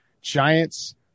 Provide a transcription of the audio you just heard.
Giants